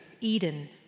Eden